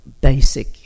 basic